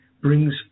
brings